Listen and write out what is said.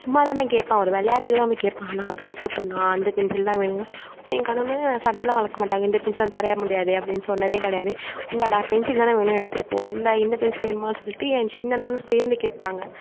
சும்மா தான் நான் கேட்பேன் ஒரு விளயாட்டுக்கு தான் போய் கேட்பேன் அண்ணா பென்சில் கொடுணா அந்த பென்சில் தான் வேணும் உடனே எங்கள் அண்ணனும் சண்டைலா வளர்க்க மாட்டாங்க இந்த பென்சில் தர முடியாது அப்படினு சொன்னதே கிடையாது இந்தாடா பென்சில் தானே வேணும் எடுத்துட்டு போ இந்தா இந்த பென்சிலும் வேணுமா சொல்லிட்டு என் சின்னண்ணனும் சேர்ந்து கேட்பாங்க